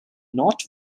not